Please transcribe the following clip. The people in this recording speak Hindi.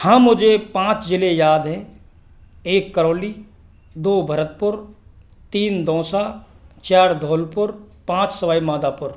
हाँ मुझे पाँच जिले याद हैं एक करोली दो भरतपुर तीन दौंसा चार धवलपुर पाँच सवाई माधवपुर